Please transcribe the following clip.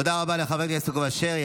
תודה רבה לחבר הכנסת יעקב אשר.